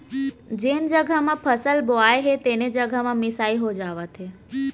जेन जघा म फसल बोवाए हे तेने जघा म मिसाई हो जावत हे